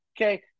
Okay